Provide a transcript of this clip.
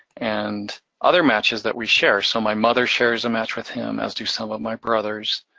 and other matches that we share. so my mother shares a match with him, as do some of my brothers,